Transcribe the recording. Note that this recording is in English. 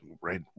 right